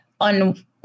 on